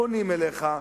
פונים אליך,